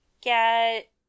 get